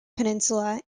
peninsula